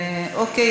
נסתפק, אוקיי.